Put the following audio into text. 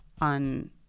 on